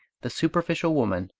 the superficial woman,